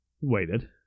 Waited